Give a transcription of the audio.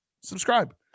Subscribe